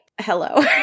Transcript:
hello